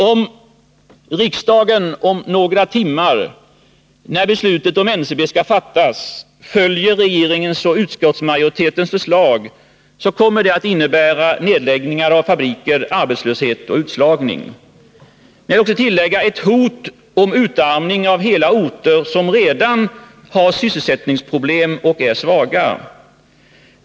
Om riksdagen om några timmar när beslutet om NCB skall fattas följer regeringens och utskottsmajoritetens förslag, kommer detta att innebära nedläggningar av fabriker, arbetslöshet och utslagning. Jag vill tillägga att det också kommer att innebära ett hot om utarmning av hela orter, som redan har sysselsättningsproblem och är svaga.